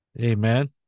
Amen